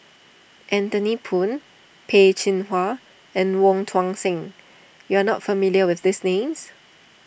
Anthony Poon Peh Chin Hua and Wong Tuang Seng you are not familiar with these names